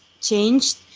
changed